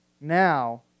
Now